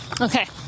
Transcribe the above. okay